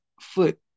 foot